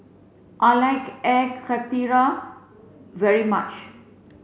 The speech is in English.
I like Air Karthira very much